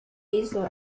esel